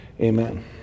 Amen